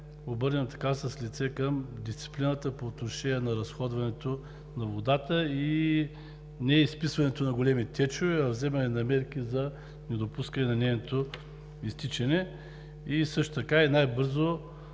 обърнем с лице към дисциплината по отношение на разходването на водата и неизписването на големи течове, а вземане на мерки за недопускане на нейното изтичане, също така и най-бързо